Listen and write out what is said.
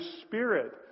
spirit